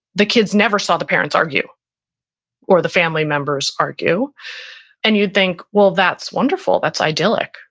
the kids never saw the parents argue or the family members argue and you'd think, well that's wonderful. that's idyllic,